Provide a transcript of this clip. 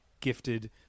gifted